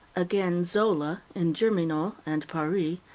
again zola, in germinal and paris,